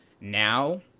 now